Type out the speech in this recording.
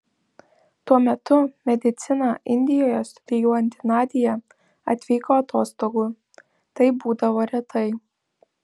tuo metu mediciną indijoje studijuojanti nadia atvyko atostogų tai būdavo retai